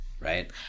right